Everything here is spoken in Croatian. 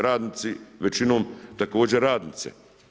Radnici većinom, također radnice.